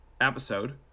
episode